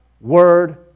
word